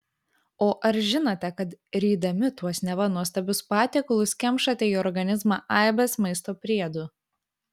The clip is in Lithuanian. o ar žinote kad rydami tuos neva nuostabius patiekalus kemšate į organizmą aibes maisto priedų